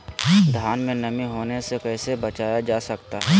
धान में नमी होने से कैसे बचाया जा सकता है?